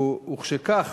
ומשכך